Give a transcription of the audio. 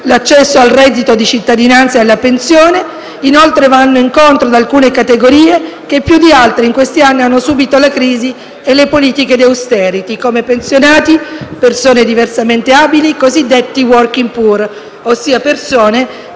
l'accesso al reddito e alla pensione di cittadinanza. Inoltre, vanno incontro ad alcune categorie che più di altre in questi anni hanno subìto la crisi e le politiche di *austerity*, come i pensionati, le persone diversamente abili e i cosiddetti *working poor*, ossia persone che